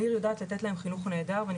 העיר יודעת לתת להם חינוך נהדר ואני